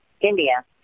India